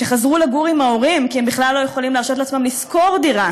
שחזרו לגור עם ההורים כי הם בכלל לא יכולים להרשות לעצמם לשכור דירה